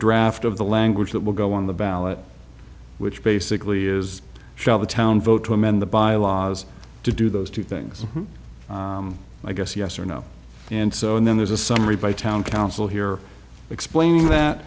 draft of the language that will go on the ballot which basically is shall the town vote to amend the bylaws to do those two things i guess yes or no and so and then there's a summary by town council here explaining that